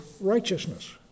righteousness